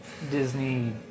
Disney